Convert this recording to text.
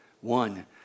One